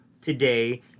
today